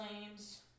flames